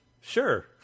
Sure